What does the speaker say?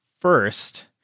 first